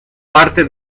parte